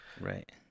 right